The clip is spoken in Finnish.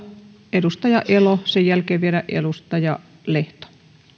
edustaja elo sen jälkeen vielä edustaja lehto